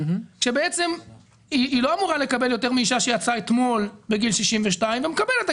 כשבעצם היא לא אמורה לקבל יותר מאישה שיצאה אתמול בגיל 62 ומקבלת את